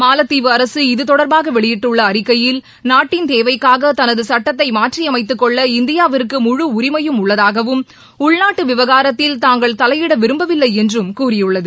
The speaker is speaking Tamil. மாலத்தீவு அரசு இதுதொடர்பாக வெளியிட்டுள்ள அறிக்கையில் நாட்டின் தேவைக்காக தனது சட்டத்தை மாற்றியமைத்துக் கொள்ள இந்தியாவிற்கு முழு உரிமையும் உள்ளதாகவும் உள்நாட்டு விவகாரத்தில் தாங்கள் தலையிட விரும்பவில்லை என்றும் கூறியுள்ளது